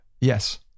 Yes